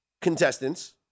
contestants